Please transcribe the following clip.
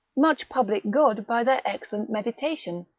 much public good by their excellent meditation.